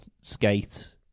skate